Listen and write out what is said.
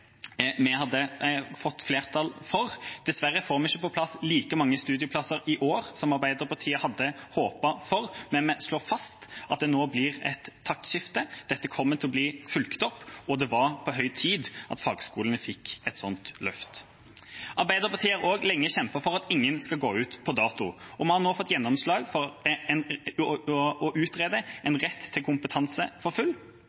vi hadde fått flertall for. Dessverre får vi ikke på plass like mange studieplasser i år som Arbeiderpartiet hadde håpet på, men vi slår fast at det nå blir et taktskifte. Dette kommer til å bli fulgt opp, og det var på høy tid at fagskolene fikk et sånt løft. Arbeiderpartiet har også lenge kjempet for at ingen skal gå ut på dato, og vi har nå fått gjennomslag for å utrede en